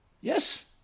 Yes